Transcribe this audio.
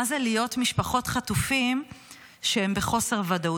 מה זה להיות משפחות של חטופים שהן בחוסר ודאות.